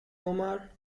omar